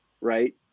right